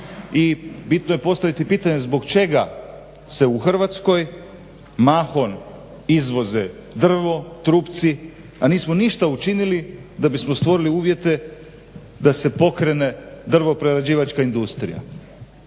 bitno je postaviti pitanje zbog čega se u Hrvatskoj mahom izvoze drvo, trupci a nismo ništa učinili da bismo stvorili uvjete da se pokrene drvoprerađivačka industrija.